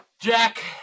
Jack